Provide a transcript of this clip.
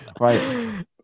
Right